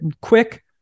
quick